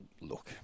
Look